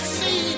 see